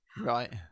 Right